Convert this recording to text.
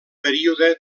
període